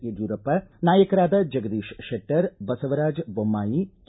ಯಡ್ಕೂರಪ್ಪ ನಾಯಕರಾದ ಜಗದೀಶ್ ಶೆಟ್ಟರ್ ಬಸವರಾಜ ಬೊಮ್ಮಾಯಿ ಕೆ